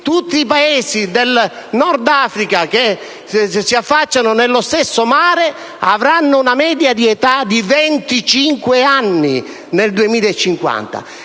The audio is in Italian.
tutti i Paesi del Nord Africa, che si affacciano sullo stesso mare, avranno una media di età di 25 anni nel 2050.